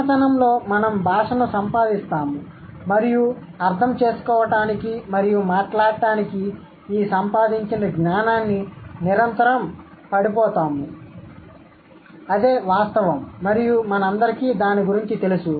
చిన్నతనంలో మనం భాషను సంపాదిస్తాము మరియు అర్థం చేసుకోవడానికి మరియు మాట్లాడటానికి ఈ సంపాదించిన జ్ఞానాన్ని నిరంతరం పడిపోతాము అదే వాస్తవం మరియు మనందరికీ దాని గురించి తెలుసు